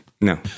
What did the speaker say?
No